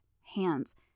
hands